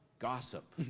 gossip.